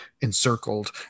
encircled